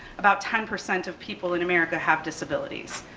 about ten percent of people in america have disabilities.